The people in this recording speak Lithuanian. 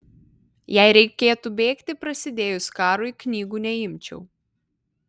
jei reikėtų bėgti prasidėjus karui knygų neimčiau